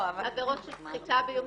עבירות של סחיטה באיומים,